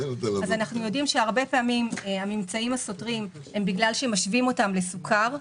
אנחנו יודעים שהרבה פעמים הממצאים הסותרים הם בגלל שמשווים אותם לסוכר,